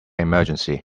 emergency